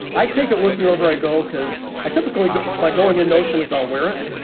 i take it with you over i go because i typically buy going. a notion is i'll wear it.